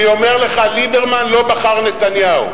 אני אומר לך: ליברמן לא בחר נתניהו.